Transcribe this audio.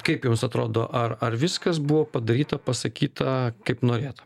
kaip jums atrodo ar ar viskas buvo padaryta pasakyta kaip norėta